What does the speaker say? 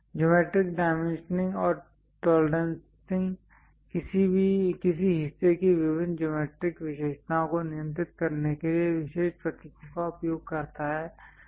geometric dimensioning और tolerancing किसी हिस्से की विभिन्न ज्योमैट्रिक विशेषताओं को नियंत्रित करने के लिए विशेष प्रतीकों का उपयोग करता है